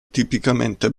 tipicamente